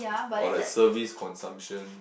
or like service consumption